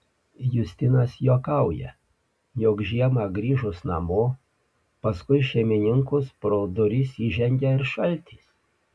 justinas juokauja jog žiemą grįžus namo paskui šeimininkus pro duris įžengia ir šaltis